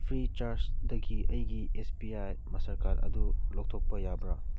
ꯐ꯭ꯔꯤꯆꯥꯔꯁꯗꯒꯤ ꯑꯩꯒꯤ S B I Mastercard ꯑꯗꯨ ꯂꯧꯊꯣꯛꯄ ꯌꯥꯕ꯭ꯔ